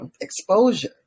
exposure